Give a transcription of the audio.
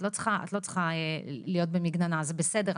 את לא צריכה להיות במגננה זה בסדר.